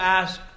ask